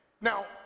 Now